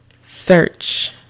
search